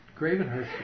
Gravenhurst